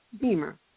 Beamer